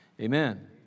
Amen